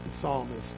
psalmist